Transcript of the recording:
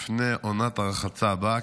לפני עונת הרחצה הבאה,